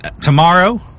tomorrow